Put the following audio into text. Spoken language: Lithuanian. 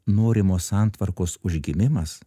norimo santvarkos užgimimas